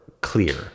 clear